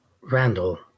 Randall